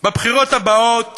בבחירות הבאות